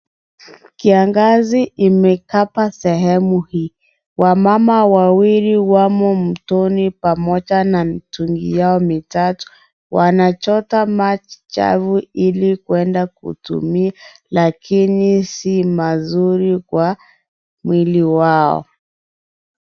Kiangazi imekapa sehemu hii, wamama wawili wamo mtoni pamoja na mtungi yao mitatu ,wanachota maji machafu ili kuenda kutumia lakini si mazuri kwa mwili wao.